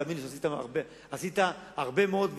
תאמין לי שעשית הרבה מאוד,